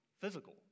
physical